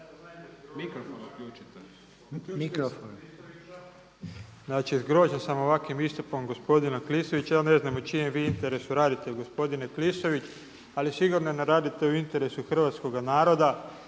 Znači zgrožen sam ovakvim istupom gospodina Klisovića, ja ne znam u čijem vi interesu radite gospodine Klisović, ali sigurno ne radite u interesu hrvatskoga naroda.